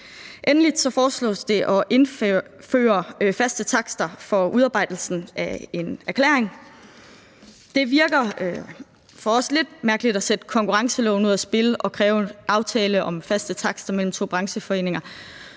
Endelig foreslås det at indføre faste takster for udarbejdelsen af en erklæring. Det virker for os lidt mærkeligt at sætte konkurrenceloven ud af spil og kræve en aftale om faste takster mellem to brancheforeninger